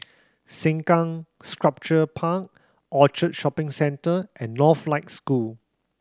Sengkang Sculpture Park Orchard Shopping Centre and Northlight School